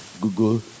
Google